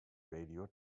radio